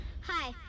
Hi